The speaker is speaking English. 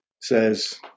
says